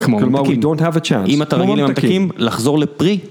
כמו ממתקים, you don't have a chance. אם אתה רגיל לממתקים, לחזור לפרי....